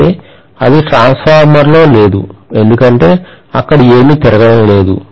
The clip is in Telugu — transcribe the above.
అయితే అది ట్రాన్స్ఫార్మర్లో లేదు ఎందుకంటే అక్కడ ఏమీ తిరగడం లేదు